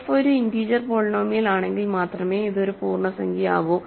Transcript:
F ഒരു integer polynomial ആണെങ്കിൽ മാത്രമേ ഇത് ഒരു പൂർണ്ണസംഖ്യയാകു